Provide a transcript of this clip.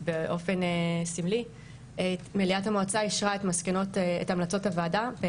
באופן סמלי מליאת המועצה אישרה את המלצות הוועדה פה